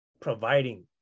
providing